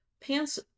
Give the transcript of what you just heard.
pants